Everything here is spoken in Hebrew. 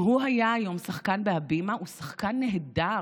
אם הוא היה היום שחקן בהבימה, הוא שחקן נהדר.